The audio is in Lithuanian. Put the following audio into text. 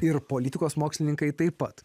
ir politikos mokslininkai taip pat